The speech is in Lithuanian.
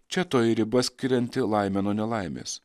čia toji riba skirianti laimę nuo nelaimės